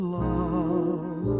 love